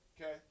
Okay